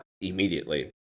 immediately